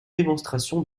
démonstrations